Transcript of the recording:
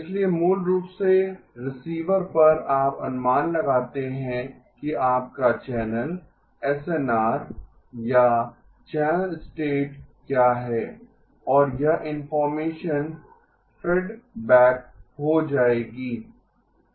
इसलिए मूल रूप से रिसीवर पर आप अनुमान लगाते हैं कि आपका चैनल एसएनआर या चैनल स्टेट क्या है और यह इन्फॉर्मेशन फेड बैक हो जाएगी